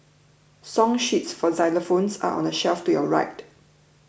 song sheets for xylophones are on the shelf to your right